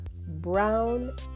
brown